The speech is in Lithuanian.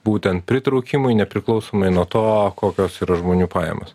būtent pritraukimui nepriklausomai nuo to kokios yra žmonių pajamos